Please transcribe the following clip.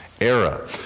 era